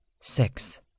Six